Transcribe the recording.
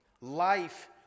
life